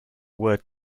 word